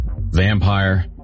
Vampire